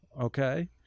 okay